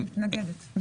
שאני מתנגדת.